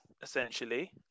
essentially